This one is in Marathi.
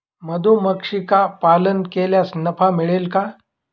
मधुमक्षिका पालन केल्यास नफा मिळेल का?